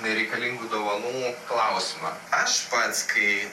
nereikalingų dovanų klausimą aš pats kai